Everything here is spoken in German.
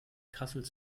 kassel